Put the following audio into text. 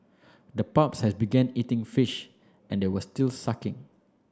the pups have began eating fish and they were still sucking